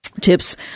tips